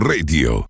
Radio